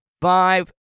five